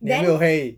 你有没有黑